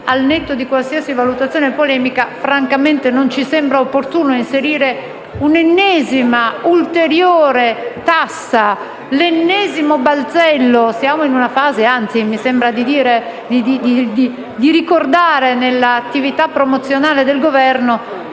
al netto di qualsiasi valutazione polemica, francamente non ci sembra opportuno inserire un'ennesima, ulteriore tassa, l'ennesimo balzello. Siamo, anzi, in una fase - mi sembra di ricordare, nell'attività promozionale del Governo